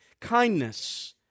Kindness